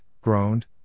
groaned